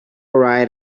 right